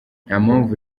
ntampamvu